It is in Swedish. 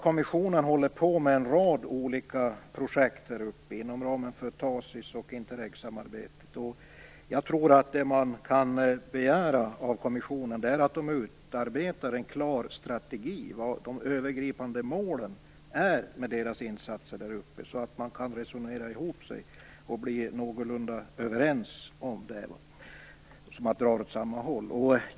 Kommissionen håller på med en rad olika projekt i Barentsregionen inom ramen för Tasis och Interexsamarbetet. Jag tror att vad man kan begära av kommissionen är att den utarbetar en klar strategi och övergripande mål för insatserna där uppe, så att kommissionen kan resonera ihop sig och bli någorlunda överens.